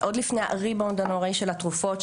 עוד לפני ה'ריבאונד' הנוראי של התרופות,